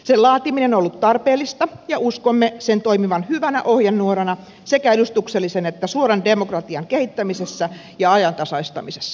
sen laatiminen on ollut tarpeellista ja uskomme sen toimivan hyvänä ohjenuorana sekä edustuksellisen että suoran demokratian kehittämisessä ja ajantasaistamisessa